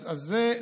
אז זה,